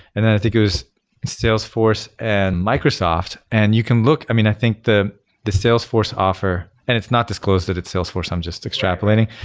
and then i think it was salesforce and microsoft, and you can look. i mean, i think the the salesforce offer, and it's not disclosed that it salesforce. i'm just extrapolating.